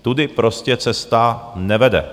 Tudy prostě cesta nevede.